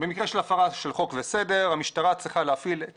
במקרה של הפרה של חוק וסדר המשטרה צריכה להפעיל את